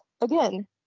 again